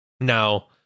now